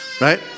Right